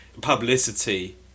publicity